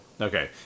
Okay